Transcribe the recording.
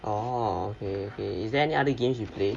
orh okay okay is there any other games you play